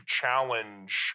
challenge